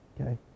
Okay